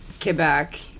Quebec